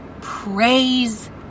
praise